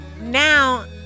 now